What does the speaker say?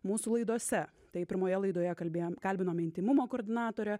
mūsų laidose tai pirmoje laidoje kalbėjom kalbinom intymumo koordinatorę